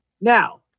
Now